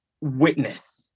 witness